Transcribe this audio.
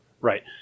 right